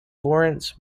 lawrence